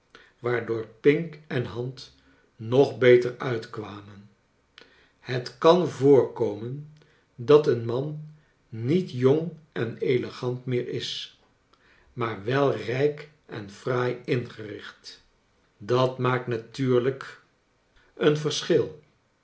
waardoor pink en hand nog beter uitkwamen hefc kan voorkomen dat een man niet jong en elegant meer is maar wel rijk en fraai ingericht dat maakt natuurlijk een versclril